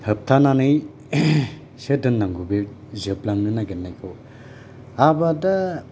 होबथानानैसो दोननांगौ जोबलांनो नागेरनायखौ आबादा